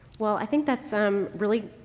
well, i think that's um really,